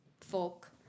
folk